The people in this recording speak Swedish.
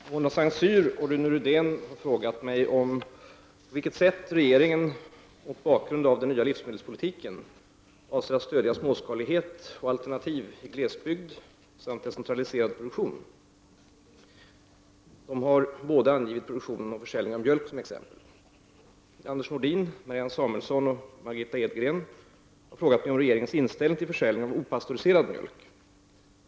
Herr talman! Mona Saint Cyr och Rune Rydén har frågat mig på vilket sätt regeringen — mot bakgrund av den nya livsmedelspolitiken — avser att stödja småskalighet och alternativ i glesbygd samt decentraliserad produktion. De har båda angivit produktion och försäljning av mjölk som exempel. Anders Nordin, Marianne Samuelsson och Margitta Edgren har frågat mig om regeringens inställning till försäljning av opastöriserad mjölk.